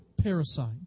parasite